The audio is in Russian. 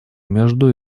между